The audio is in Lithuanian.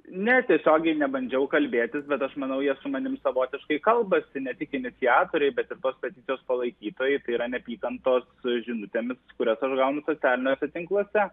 ne tiesiogiai nebandžiau kalbėtis bet aš manau jie su manim savotiškai kalbasi ne tik iniciatoriai bet ir tos peticijos palaikytojai tai yra neapykantos žinutėmis kurias aš gaunu socialiniuose tinkluose